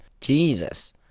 Jesus